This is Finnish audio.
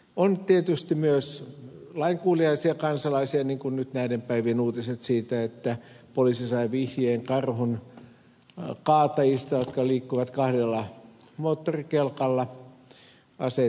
on tietysti myös lainkuuliaisia kansalaisia niin kuin kertovat nyt näiden päivien uutiset siitä että poliisi sai vihjeen karhun kaatajista jotka liikkuivat kahdella moottorikelkalla aseet mukanaan